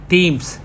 Teams